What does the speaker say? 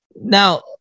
Now